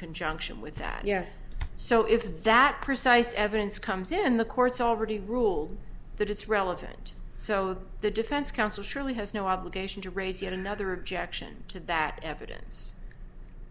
conjunction with that yes so if that precise evidence comes in the courts already ruled that it's relevant so the defense counsel surely has no obligation to raise yet another objection to that evidence